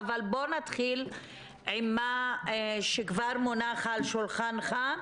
אבל בוא נתחיל עם מה שכבר מונח על שולחנך.